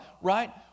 right